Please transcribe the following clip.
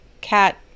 cat